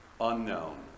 unknown